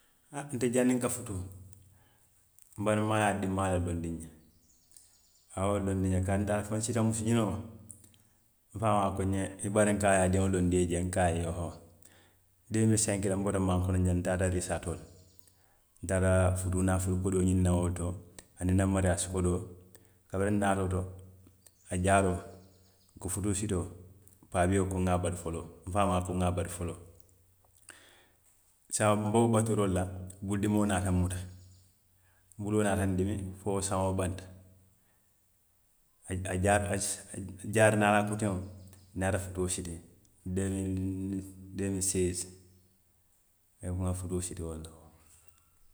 Haŋ, nte janniŋ n ka futuu, barinmaa ye a dinmaa le loondi n ñe, a ye wo le loondi n ñe kabiriŋ n taata fo n siita musu ñiniŋo ma, n faamaa ko n ñe i bariŋ ko a ye a diŋo loondi i ye jee, n ko a ye iyoo, biriŋ le senki loŋ n bota mankonoŋ jaŋ n taata riisaatooli, n taata futuu naafulu kodoo ñiniŋ naŋ wo le to, aniŋ n na mariyaasi kodoo, kabiriŋ n naata wo to, a jaaroo i ko futuusitoo, paabio ko n ŋa a batu foloo, n faamaa ko n ŋa a batu foloo; saayiŋ n be wo baturoo le la, bulu dimoo naata n muta, n buloo naata dimiŋ, fo wo saŋo banta, a jaari, jaari naalaa koteŋo, n naata futuo siti deemili seesi2016 n ŋa futuo siti wo le la